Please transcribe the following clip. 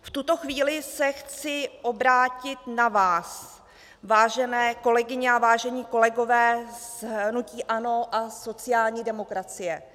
V tuto chvíli se chci obrátit na vás, vážené kolegyně a vážení kolegové z hnutí ANO a sociální demokracie.